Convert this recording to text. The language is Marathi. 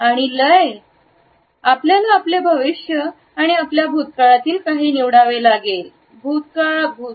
आणि लय आपल्याला आपले भविष्य आणि आपल्या भूतकाळातील काही निवडावे भूतकाळ